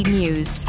news